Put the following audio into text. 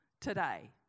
today